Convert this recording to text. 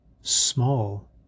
Small